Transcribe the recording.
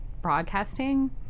broadcasting